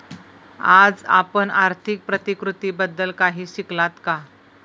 आज आपण आर्थिक प्रतिकृतीबद्दल काही शिकलात का?